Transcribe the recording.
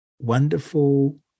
Wonderful